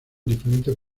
diferentes